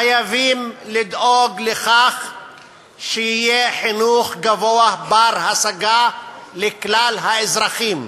חייבים לדאוג לכך שיהיה חינוך גבוה בר-השגה לכלל האזרחים.